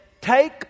take